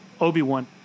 Obi-Wan